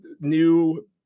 new